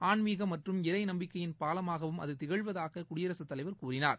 ஆன்மீகம் மற்றும் இறை நம்பிக்கையின் பாலமாகவும் அது திகழ்வதாக குடியரகத்தலைவர் கூறினார்